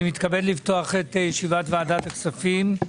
אני מתכבד לפתוח את ישיבת ועדת הכספים.